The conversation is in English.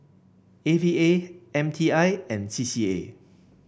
A V A M T I and C C A